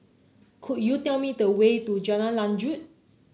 could you tell me the way to Jalan Lanjut